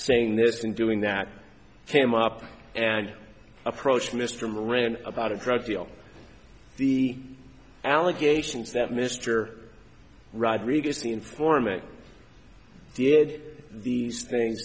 saying this and doing that came up and approached mr moran about a drug deal the allegations that mr rodriguez the informant did these things